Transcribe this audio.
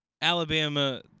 Alabama